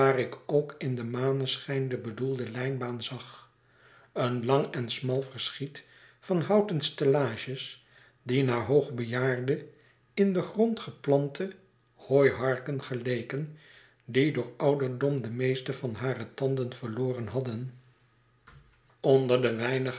ik ook in den maneschijn de bedoelde lijnbaan zag een lang en smal verschiet van houten stellages die naar hoogbejaarde in den grond geplante hooiharken geleken die door ouderdom de meeste van hare tanden verloren hadden onder de